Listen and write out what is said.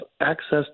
access